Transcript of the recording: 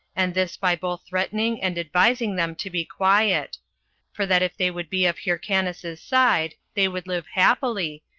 and this by both threatening and advising them to be quiet for that if they would be of hyrcanus's side, they would live happily,